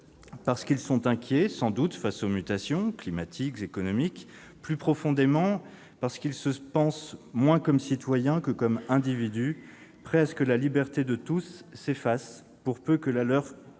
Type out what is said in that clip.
parce qu'ils sont inquiets, sans doute, face aux mutations climatiques, économiques, mais plus profondément, parce qu'ils se pensent moins comme citoyens que comme individus, prêts à ce que la liberté de tous s'efface pour peu que la leur